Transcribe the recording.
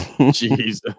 Jesus